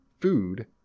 food